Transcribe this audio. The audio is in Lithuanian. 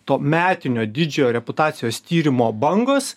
to metinio didžio reputacijos tyrimo bangos